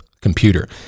computer